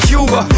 Cuba